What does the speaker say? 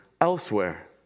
elsewhere